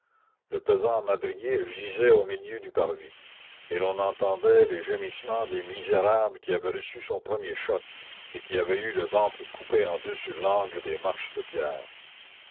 le pesant madrier gisait au milieu du parvis et l'on entendait les gémissements des misérables qui avaient reçu son premier choc et qui avaient eu le ventre coupé en deux sur l'angle des marches de pierre